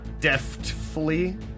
deftly